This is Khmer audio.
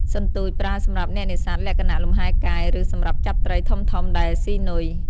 សន្ទួច ប្រើសម្រាប់អ្នកនេសាទលក្ខណៈលំហែកាយ ឬសម្រាប់ចាប់ត្រីធំៗដែលស៊ីនុយ។